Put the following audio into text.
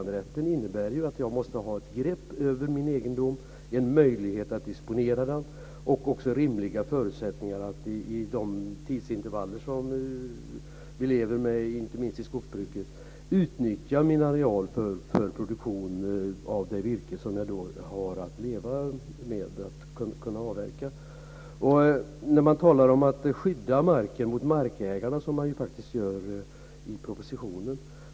Det innebär ju att man måste ha möjlighet att disponera sin egendom och rimliga förutsättningar att med de tidsintervaller som gäller i skogsbruket utnyttja arealen för produktion av virke och avverkning. Det talas om att man ska skydda marken mot markägaren i propositionen.